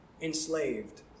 enslaved